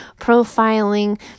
profiling